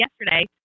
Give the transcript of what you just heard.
yesterday